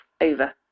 over